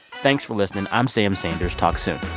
thanks for listening. i'm sam sanders. talk soon